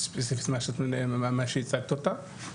ספציפית מה שהצגת אותה.